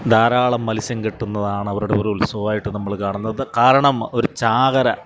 ധാരാളം മത്സ്യം കിട്ടുന്നതാണ് അവരുടെ ഒരു ഉത്സവമായിട്ട് നമ്മള് കാണുന്നത് കാരണം ഒരു ചാകര